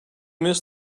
miss